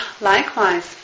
likewise